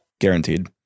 Guaranteed